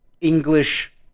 English